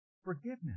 Forgiveness